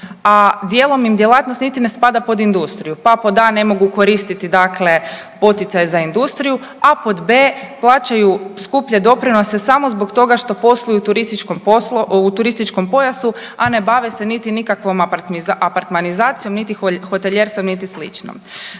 a dijelom im djelatnost niti ne spada pod industriju, pa pod a) ne mogu koristiti dakle poticaj za industriju, a pod b) plaćaju skuplje doprinose samo zbog toga što posluju u turističkom poslu, u turističkom pojasu, a ne bave se niti nikakvom apartmanizacijom, niti hotelijerstvom, niti